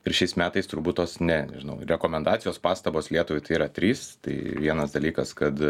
ir šiais metais turbūt tos ne nežinau rekomendacijos pastabos lietuvai tai yra trys tai vienas dalykas kad